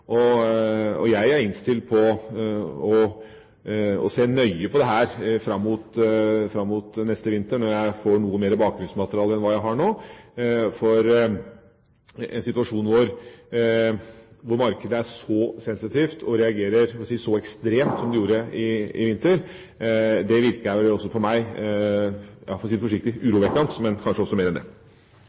har skjedd. Jeg er innstilt på å se nøye på dette fram mot neste vinter, når jeg får noe mer bakgrunnsmateriale enn hva jeg har nå, for en situasjon hvor markedet er så sensitivt og reagerer så ekstremt som det gjorde i vinter , virker også på meg – for å si det forsiktig – urovekkende, og kanskje også mer enn det.